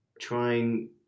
Trying